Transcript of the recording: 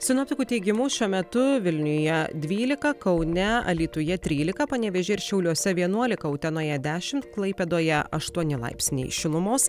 sinoptikų teigimu šiuo metu vilniuje dvylika kaune alytuje trylika panevėžyje ir šiauliuose vienuolika utenoje dešimt klaipėdoje aštuoni laipsniai šilumos